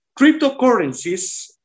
Cryptocurrencies